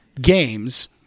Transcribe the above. games